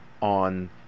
on